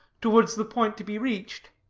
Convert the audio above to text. towards the point to be reached.